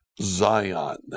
zion